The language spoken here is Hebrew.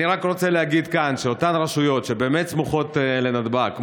אני רק רוצה להגיד כאן שאותן רשויות שבאמת סמוכות לנתב"ג,